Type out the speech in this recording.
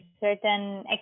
certain